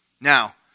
Now